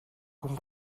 kum